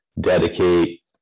dedicate